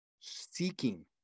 seeking